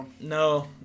No